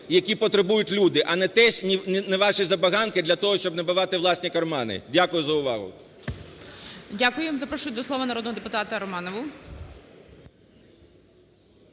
які потребують люди, а не ваші забаганки, для того щоб набивати власні кармани. Дякую за увагу. ГОЛОВУЮЧИЙ. Дякую. Запрошую до слова народного депутата Романову.